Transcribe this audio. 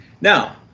Now